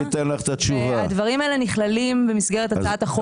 הדברים הללו נכללים במסגרת הצעת החוק.